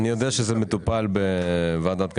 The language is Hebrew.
אני יודע שהאירוע הזה מטופל בוועדת הכלכלה.